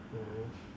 mmhmm